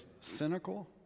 cynical